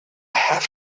have